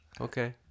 Okay